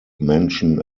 mention